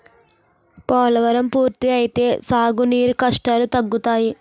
పోలవరం పూర్తి అయితే సాగు నీరు కష్టాలు తగ్గుతాయి